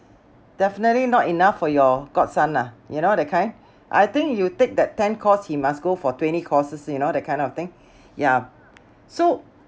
definitely not enough for your godson lah you know that kind I think you take that ten course he must go for twenty courses you know that kind of thing ya so